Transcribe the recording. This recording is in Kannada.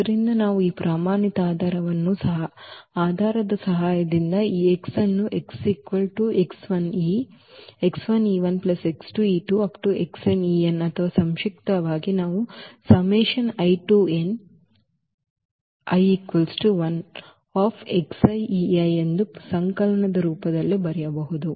ಆದ್ದರಿಂದ ನಾವು ಈ ಪ್ರಮಾಣಿತ ಆಧಾರದ ಸಹಾಯದಿಂದ ಈ x ಅನ್ನು ಅಥವಾ ಸಂಕ್ಷಿಪ್ತವಾಗಿ ನಾವು ಎಂದು ಸಂಕಲನದ ರೂಪದಲ್ಲಿ ಬರೆಯಬಹುದು